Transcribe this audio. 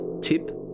tip